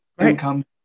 income